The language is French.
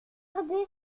gardez